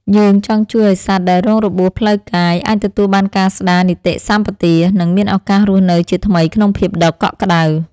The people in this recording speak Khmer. យើងចង់ជួយឱ្យសត្វដែលរងរបួសផ្លូវកាយ អាចទទួលបានការស្ដារនីតិសម្បទា និងមានឱកាសរស់នៅជាថ្មីក្នុងភាពដ៏កក់ក្ដៅ។